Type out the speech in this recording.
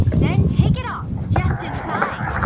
then take it off, just in time.